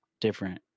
different